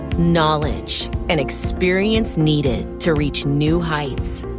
knowledge, and experience needed to reach new heights.